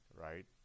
right